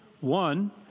One